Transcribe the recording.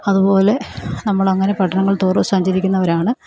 അതുപോലെ നമ്മളങ്ങനെ പട്ടണങ്ങൾ തോറും സഞ്ചരിക്കുന്നവരാണ്